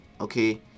okay